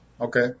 Okay